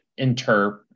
interp